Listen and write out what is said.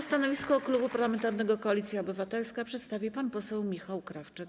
Stanowisko Klubu Parlamentarnego Koalicja Obywatelska przedstawi pan poseł Michał Krawczyk.